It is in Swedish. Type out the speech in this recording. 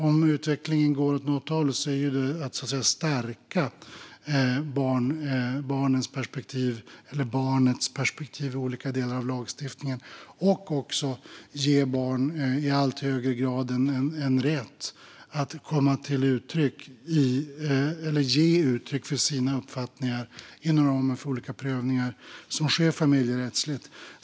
Om utvecklingen går åt något håll är det mot att stärka barnets perspektiv i olika delar av lagstiftningen och att i allt högre grad ge barn en rätt att ge uttryck för sina uppfattningar inom ramen för olika prövningar som sker familjerättsligt.